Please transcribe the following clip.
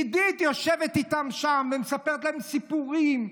עידית יושבת איתם שם ומספרת להם סיפורים.